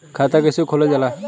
खाता कैसे खोलल जाला?